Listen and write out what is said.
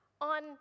on